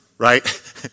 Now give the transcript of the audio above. right